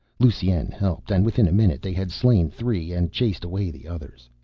lusine helped, and within a minute they had slain three and chased away the others.